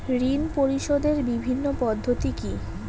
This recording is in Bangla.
ঋণ পরিশোধের বিভিন্ন পদ্ধতি কি কি?